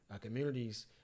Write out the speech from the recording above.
communities